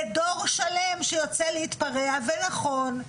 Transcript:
זה דור שלם שיוצא להתפרע, ויכול.